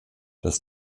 das